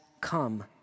come